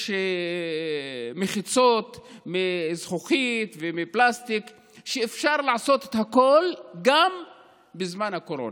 יש מחיצות מזכוכית ומפלסטיק ואפשר לעשות הכול גם בזמן הקורונה.